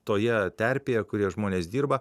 toje terpėje kurioje žmonės dirba